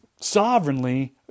sovereignly